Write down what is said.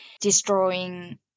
destroying